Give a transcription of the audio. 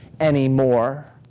anymore